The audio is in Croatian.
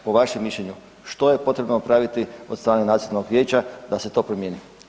Po vašem mišljenju, što je potrebno napraviti od strane Nacionalnog vijeća da se to promijeni?